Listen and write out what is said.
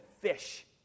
fish